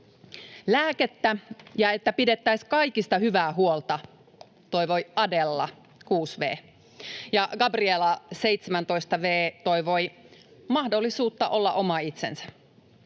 "Lääkettä ja että pidettäis kaikista hyvää huolta", toivoi Adella, 6 v. Ja Gabriela, 17 v., toivoi "mahdollisuutta olla oma itsensä".